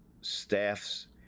staffs